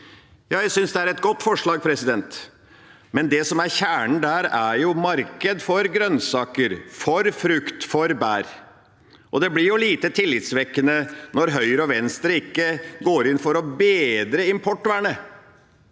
Jeg synes det er et godt forslag, men det som er kjernen der, er marked for grønnsaker, for frukt, for bær. Og det blir lite tillitvekkende når Høyre og Venstre ikke går inn for å bedre importvernet.